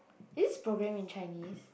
is this program in Chinese